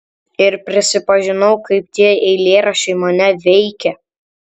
ir prisipažinau kaip tie eilėraščiai mane veikia